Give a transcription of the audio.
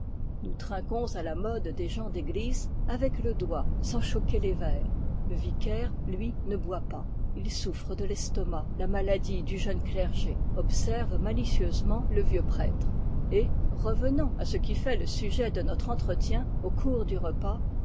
nous trinquons à la mode des gens d'église avec le doigt sans choquer les verres le vicaire lui ne boit pas il souffre de l'estomac la maladie du jeune clergé observe malicieusement le vieux prêtre et revenant à ce qui a fait le sujet de notre entretien au cours du repas